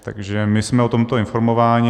Takže my jsme o tomto informováni.